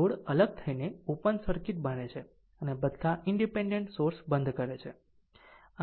load અલગ થઈને open circuit બને છે અને બધા ઈનડીપેનડેન્ટ સોર્સ બંધ કરે છે